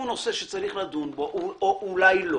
הוא נושא שצריך לדון בו, או אולי לא